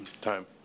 time